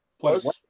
Plus